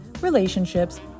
relationships